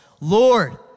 Lord